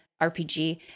RPG